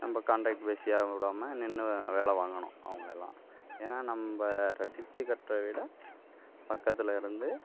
நம்ம கான்ட்ராக்ட் பேசி விடாமல் நின்று வேலை வாங்கணும் அவங்களலாம் ஏன்னால் நம்ம ரசித்து கட்டுற வீடை பக்கத்தில் இருந்து